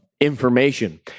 information